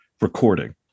recording